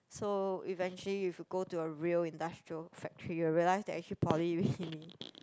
so eventually if you go to a real industrial factory you'll realise that actually poly really